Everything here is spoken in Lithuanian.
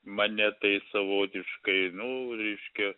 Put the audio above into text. mane tai savotiškai nu reiškia